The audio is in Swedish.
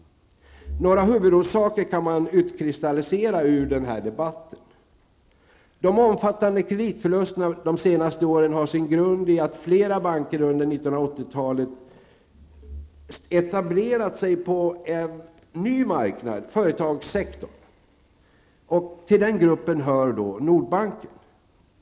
Några huvudorsaker kan utkristalliseras ur den debatten. De omfattande kreditförlusterna de senaste åren har sin grund i att flera banker under 1980-talet har etablerat sig på en ny marknad, företagssektorn, och till den gruppen hör Nordbanken.